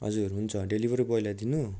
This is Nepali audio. हजुर हुन्छ डेलिभेरी बोयलाई दिनु